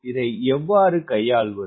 இதை எவ்வாறு கையாள்வது